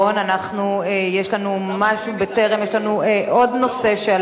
יש הודעה לדיון.